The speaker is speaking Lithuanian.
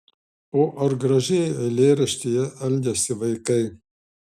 o ar gražiai eilėraštyje elgiasi vaikai